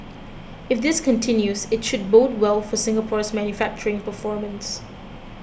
if this continues it should bode well for Singapore's manufacturing performance